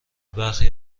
برخی